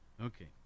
Okay